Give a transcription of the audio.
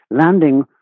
Landing